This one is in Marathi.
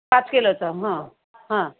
पाच किलोचा हां हां